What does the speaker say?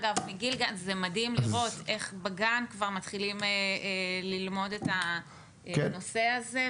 זה מדהים לראות איך בגן כבר מתחילים ללמוד את הנושא הזה,